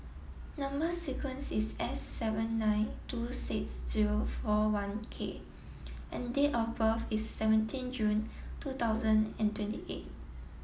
number sequence is S seven nine two six zero four one K and date of birth is seventeen June two thousand and twenty eight